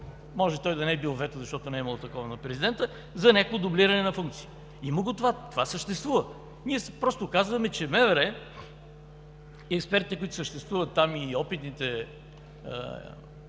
може той да не е бил вето, защото не е имало такова на президента, за някакво дублиране на функциите. Но това го има, то съществува. Ние просто казваме, че МВР и експертите, които съществуват там, и опитните